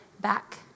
back